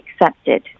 accepted